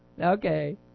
Okay